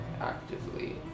actively